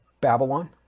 Babylon